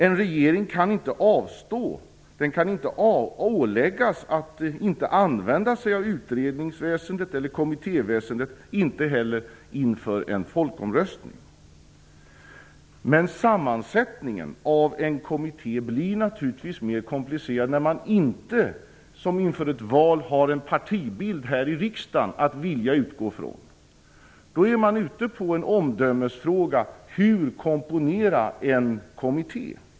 En regering kan inte heller inför en folkomröstning åläggas att inte använda sig av utredningsväsendet eller kommittéväsendet. Men sammansättningen av en kommitté blir naturligtvis mer komplicerad när man inte, som inför ett val, har en partibild här i riksdagen att utgå ifrån. Då kommer man in på en omdömesfråga: Hur komponera en kommitté?